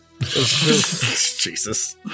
Jesus